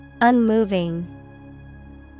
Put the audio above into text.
unmoving